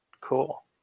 Cool